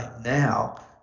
now